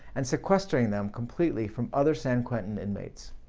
and sequestering them completely from other san quentin inmates.